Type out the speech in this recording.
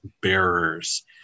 bearers